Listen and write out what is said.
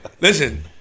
Listen